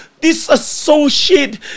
disassociate